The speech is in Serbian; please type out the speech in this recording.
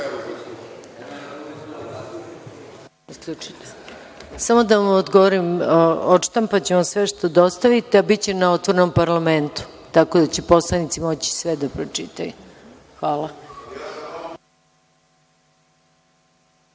Samo da vam odgovorim. Odštampaćemo sve što dostavite, a biće i na otvorenom parlamentu, tako da će poslanici moći sve da pročitaju. Hvala.